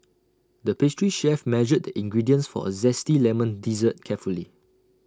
the pastry chef measured the ingredients for A Zesty Lemon Dessert carefully